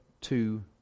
two